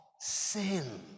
sin